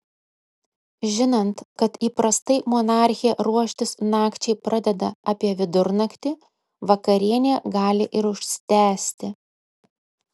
žinant kad įprastai monarchė ruoštis nakčiai pradeda apie vidurnaktį vakarienė gali ir užsitęsti